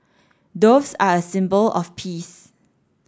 doves are a symbol of peace